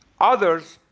others,